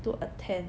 to attend